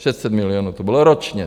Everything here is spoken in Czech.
Šest set milionů to bylo ročně.